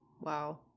wow